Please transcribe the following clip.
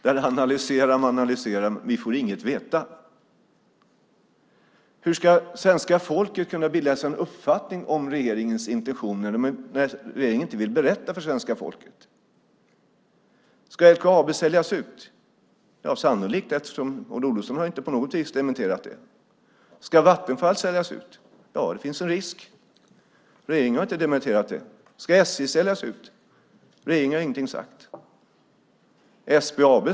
Där analyserar och analyserar man, men vi får inget veta. Hur ska svenska folket kunna bilda sig en uppfattning om regeringens intentioner när regeringen inte vill berätta för svenska folket? Ska LKAB säljas ut? Ja, sannolikt, eftersom Maud Olofsson inte på något vis har dementerat det. Ska Vattenfall säljas ut? Ja, det finns en risk. Regeringen har inte dementerat det. Ska SJ säljas ut? Regeringen har ingenting sagt.